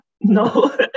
no